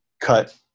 cut